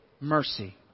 mercy